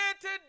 today